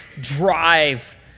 drive